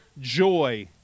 joy